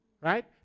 Right